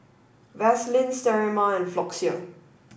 Vaselin Sterimar and Floxia